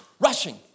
rushing